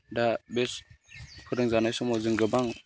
दा बे फोरोंजानाय समाव जों गोबां